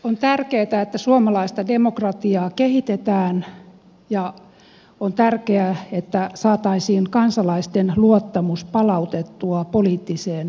on tärkeätä että suomalaista demokratiaa kehitetään ja on tärkeää että saataisiin kansalaisten luottamus palautettua poliittiseen järjestelmään